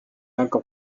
encore